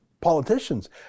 politicians